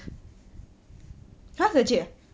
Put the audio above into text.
!huh! legit ah